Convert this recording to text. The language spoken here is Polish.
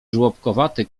żłobkowaty